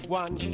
one